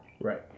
Right